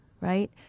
right